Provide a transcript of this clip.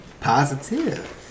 Positive